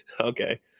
Okay